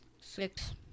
Six